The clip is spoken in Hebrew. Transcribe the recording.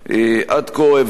עד כה הבאנו לאישור